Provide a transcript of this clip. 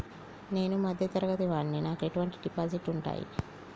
నేను మధ్య తరగతి వాడిని నాకు ఎటువంటి డిపాజిట్లు ఉంటయ్?